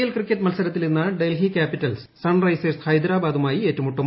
L cricket മത്സരത്തിൽ ഇന്ന് Delhi capital risers ഹൈദരാബാദുമായി സൺ ഏറ്റുമുട്ടും